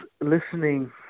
listening